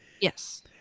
Yes